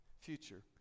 future